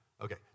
Okay